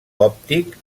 òptic